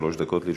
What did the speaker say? שלוש דקות לרשותך.